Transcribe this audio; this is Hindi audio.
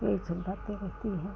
यह सुविधा तो रहती है